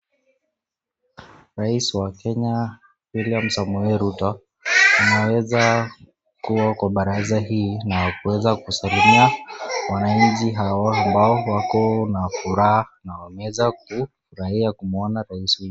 Rais wa Kenya William Samoei Ruto anaweza kuwa kwa baraza hii na kuweza kusalimia wananchi hawa ambao wako na furaha wanaweza kufurahia kumuona Raid William Ruto.